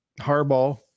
harbaugh